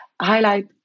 highlight